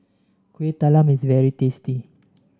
Kueh Talam is very tasty